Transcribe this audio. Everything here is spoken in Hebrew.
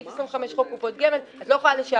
סעיף 25 לחוק קופות גמל, את לא יכולה לשעבד.